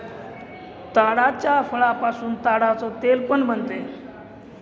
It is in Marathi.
ताडाच्या फळापासून ताडाच तेल पण बनत